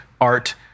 art